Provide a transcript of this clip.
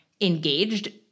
engaged